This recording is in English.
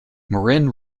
marin